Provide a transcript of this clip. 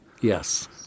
Yes